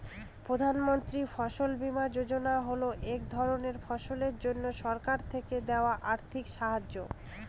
প্রধান মন্ত্রী ফসল বীমা যোজনা হল এক ধরনের ফসলের জন্যে সরকার থেকে দেওয়া আর্থিক সাহায্য